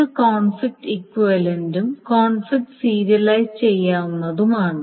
ഇത് കോൺഫ്ലിക്റ്റ് ഇക്വിവലൻററും conflict serialise ചെയ്യാവുന്നതുമാണ്